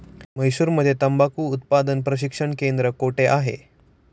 म्हैसूरमध्ये तंबाखू उत्पादन प्रशिक्षण केंद्र कोठे आहे?